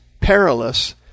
perilous